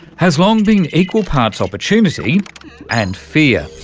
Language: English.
has long been equal parts opportunity and fear.